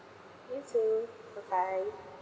okay so bye bye